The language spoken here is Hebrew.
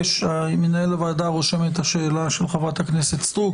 מנהל הוועדה רושם את השאלה של חברת הכנסת סטרוק,